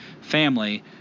family